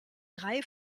drei